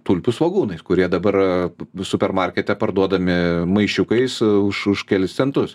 tulpių svogūnais kurie dabar supermarkete parduodami maišiukais už už kelis centus